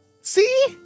See